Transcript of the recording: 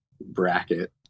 bracket